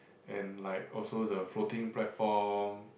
and like also the floating platform